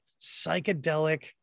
psychedelic